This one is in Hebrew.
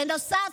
בנוסף,